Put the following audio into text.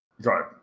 Right